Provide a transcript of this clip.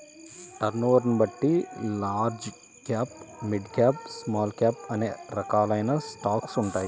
టర్నోవర్ని బట్టి large cap, mid cap, small cap అనే రకాలైన స్టాక్స్ ఉంటాయి